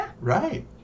Right